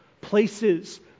Places